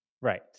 Right